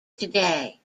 today